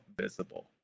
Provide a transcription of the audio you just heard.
visible